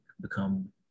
become